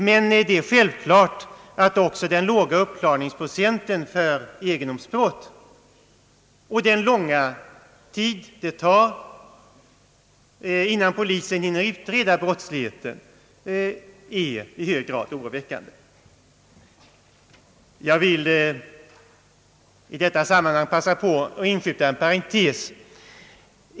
Men det är självklart att också den låga uppklaringsprocenten för egendomsbrott och den långa tid som det tar innan polisen hinner utreda brottsligheten är i hög grad oroväckande. Jag vill i detta sammanhang passa på att inskjuta en parentes.